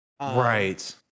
Right